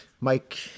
Mike